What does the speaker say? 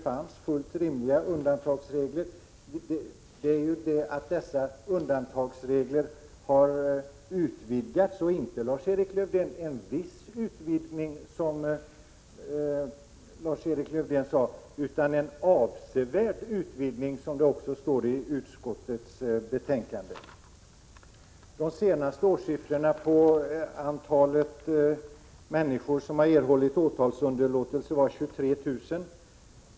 Fullt rimliga undantagsregler fanns, men dessa undantagsregler har utvidgats och det har inte — som Lars-Erik Lövdén säger — skett en viss utvidgning utan en avsevärd utvidgning, som det också står i utskottets betänkande. De senaste årssiffrorna på antalet människor som erhållit åtalsunderlåtelse var 23 000.